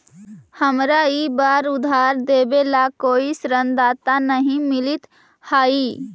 हमारा ई बार उधार देवे ला कोई ऋणदाता नहीं मिलित हाई